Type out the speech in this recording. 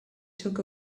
took